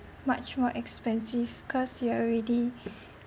much more expensive cause you already